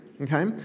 Okay